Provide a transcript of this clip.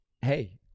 hey